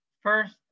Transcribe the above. First